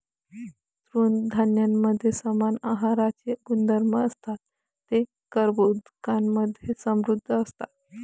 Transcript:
तृणधान्यांमध्ये समान आहाराचे गुणधर्म असतात, ते कर्बोदकांमधे समृद्ध असतात